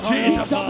Jesus